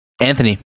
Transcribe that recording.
Anthony